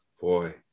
Boy